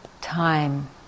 time